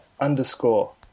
underscore